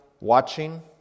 watching